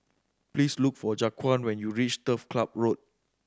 please look for Jaquan when you reach Turf Club Road